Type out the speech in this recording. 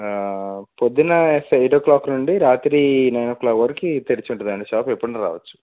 పొదున్న eight o'clock నుండి రాత్రి nine o'clock వరికి తెరిచి ఉంటుందండి షాప్ ఎప్పుడైనా రావచ్చు